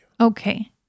okay